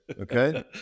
Okay